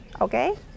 Okay